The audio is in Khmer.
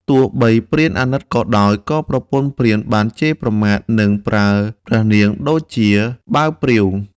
ទោះបីព្រានអាណិតក៏ដោយ ក៏ប្រពន្ធព្រានបានជេរប្រមាថ និងប្រើព្រះនាងដូចជាបាវព្រាវ។